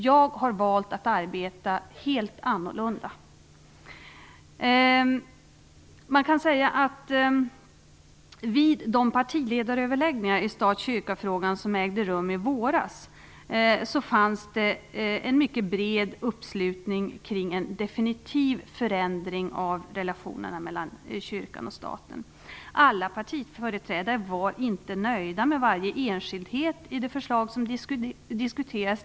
Jag har valt att arbeta helt annorlunda. Vid de partiöverläggningar i stat-kyrka-frågan som ägde rum i våras fanns det en mycket bred uppslutning kring en definitiv förändring av relationerna mellan kyrkan och staten. Alla partiföreträdare var inte nöjda med varje enskildhet i det förslag som diskuterades.